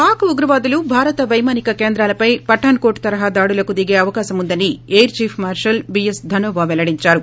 పాక్ ఉగ్రవాదులు భారతపైమానిక కేంద్రాలపై పఠాన్కోట్ తరహా దాడులకు దిగే అవకాశముందని air chief marshal B S Dhanoa పెల్లడించారు